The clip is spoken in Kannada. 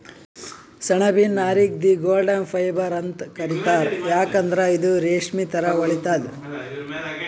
ಸೆಣಬಿನ್ ನಾರಿಗ್ ದಿ ಗೋಲ್ಡನ್ ಫೈಬರ್ ಅಂತ್ ಕರಿತಾರ್ ಯಾಕಂದ್ರ್ ಇದು ರೇಶ್ಮಿ ಥರಾ ಹೊಳಿತದ್